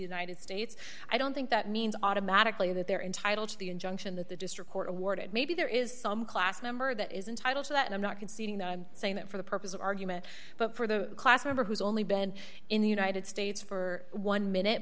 united states i don't think that means automatically that they're entitled to the injunction that the district court awarded maybe there is some class member that is entitled to that i'm not conceding that i'm saying that for the purpose of argument but for the class member who's only been in the united states for one minute